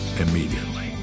immediately